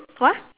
what